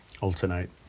Alternate